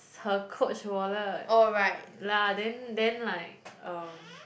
her Coach wallet lah then then like um